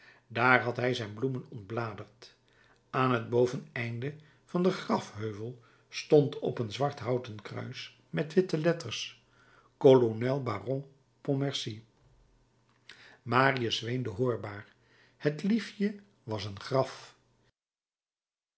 daar had hij zijn bloemen ontbladerd aan het boveneinde van den grafheuvel stond op een zwart houten kruis met witte letters kolonel baron pontmercy marius weende hoorbaar het liefje was een graf